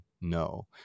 no